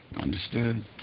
Understood